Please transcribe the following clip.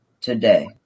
today